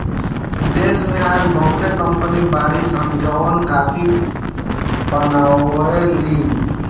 देश में आज बहुते कंपनी बाड़ी सन जवन काफी बनावे लीन